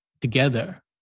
together